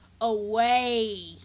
away